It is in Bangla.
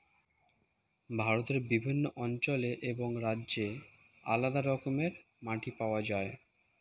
ভারতের বিভিন্ন অঞ্চলে এবং রাজ্যে আলাদা রকমের মাটি পাওয়া যায়